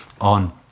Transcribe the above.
on